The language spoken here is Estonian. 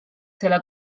selle